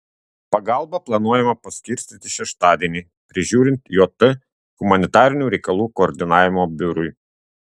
pagalbą planuojama paskirstyti šeštadienį prižiūrint jt humanitarinių reikalų koordinavimo biurui